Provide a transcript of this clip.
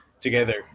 together